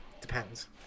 depends